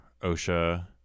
OSHA